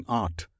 art